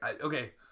Okay